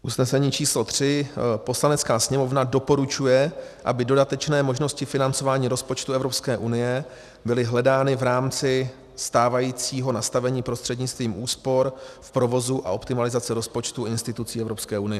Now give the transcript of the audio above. Usnesení číslo 3: Poslanecká sněmovna doporučuje, aby dodatečné možnosti financování rozpočtu Evropské unie byly hledány v rámci stávajícího nastavení prostřednictvím úspor v provozu a optimalizace rozpočtů institucí Evropské unie.